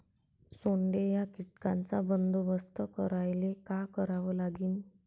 सोंडे या कीटकांचा बंदोबस्त करायले का करावं लागीन?